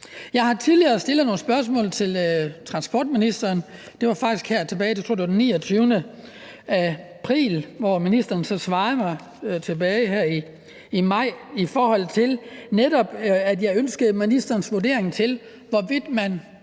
Jeg har tidligere stillet nogle spørgsmål til transportministeren. Det var faktisk her tilbage til, jeg tror, det var den 29. april, hvor ministeren svarede mig tilbage i maj. Jeg ønskede ministerens vurdering af, hvorvidt man